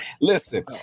Listen